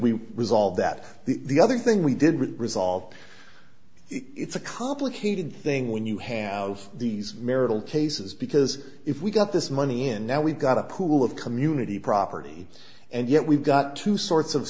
we resolved that the other thing we didn't resolve it's a complicated thing when you have these marital cases because if we got this money and now we've got a pool of community property and yet we've got two sorts of